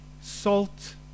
salt